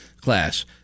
class